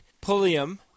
Pulliam